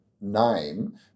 name